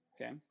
Okay